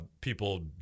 People